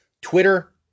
Twitter